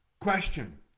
question